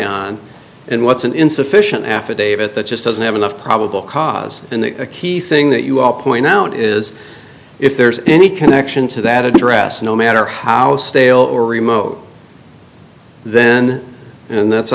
on and what's an insufficient affidavit that just doesn't have enough probable cause in the key thing that you all point out is if there's any connection to that address no matter how stale or remote then and that's